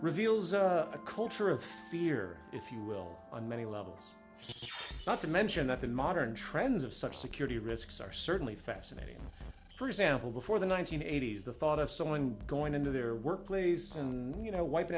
reveals a culture of fear if you will on many levels not to mention that the modern trends of such security risks are certainly fascinating for example before the one nine hundred eighty s the thought of someone going into their work please you know wipe